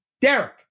Derek